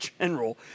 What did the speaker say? General